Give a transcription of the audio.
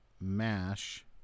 mash